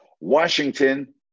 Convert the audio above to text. Washington